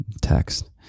text